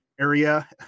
area